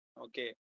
okay